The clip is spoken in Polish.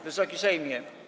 Wysoki Sejmie!